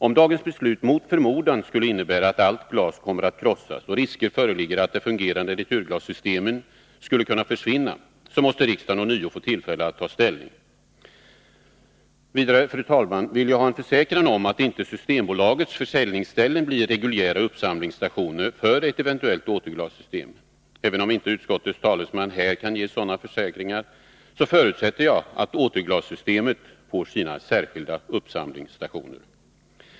Om dagens beslut mot förmodan skulle innebära att allt glas kommer att krossas och risker föreligger att de fungerande returglassystemen skulle försvinna, måste riksdagen ånyo få tillfälle att ta ställning. Vidare vill jag ha försäkran om att inte Systembolagets försäljningsställen blir reguljära uppsamlingsstationer för ett eventuellt återglassystem. Även om inte utskottets talesmän här kan ge sådana försäkringar, förutsätter jag att återglassystemet får sina särskilda uppsamlingsstationer.